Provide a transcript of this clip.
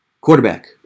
Quarterback